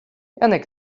janek